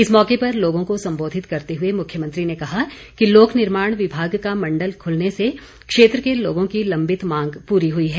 इस मौके पर लोगों को संबोधित करते हुए मुख्यमंत्री ने कहा कि लोक निर्माण विभाग का मंडल खुलने से क्षेत्र के लोगों की लंबित मांग पूरी हुई है